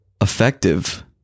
effective